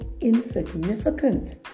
insignificant